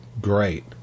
great